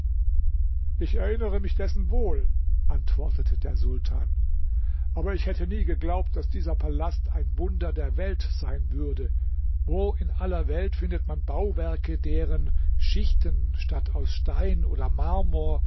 ich erinnere mich dessen wohl antwortete der sultan aber ich hätte nie geglaubt daß dieser palast ein wunder der welt sein würde wo in aller welt findet man bauwerke deren schichten statt aus stein oder marmor